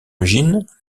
ugine